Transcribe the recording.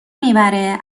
میبره